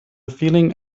feeling